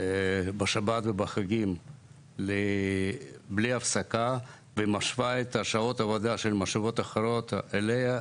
בשבת ובחגים בלי הפסקה ומשווה את שעות העבודה של המשאבות האחרות אליה,